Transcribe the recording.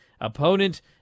Opponent